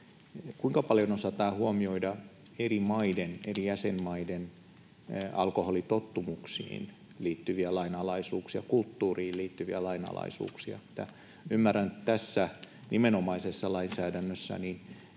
kuinka paljon tässä osataan huomioida eri maiden, eri jäsenmaiden alkoholitottumuksiin liittyviä lainalaisuuksia, kulttuuriin liittyviä lainalaisuuksia? Ymmärrän, että tässä nimenomaisessa lainsäädännössä